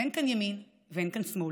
אין כאן ימין ואין כאן שמאל.